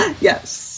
Yes